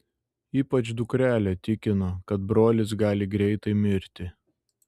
ypač dukrelė tikino kad brolis gali greitai mirti